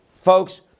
Folks